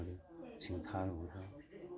ꯃꯗꯨ ꯁꯤꯡꯊꯥꯔꯨꯕꯗ